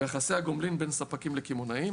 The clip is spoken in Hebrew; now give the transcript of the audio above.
ויחסי הגומלין בין ספקים לקמעונאים.